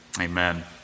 Amen